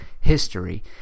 history